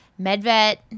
MedVet